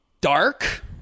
dark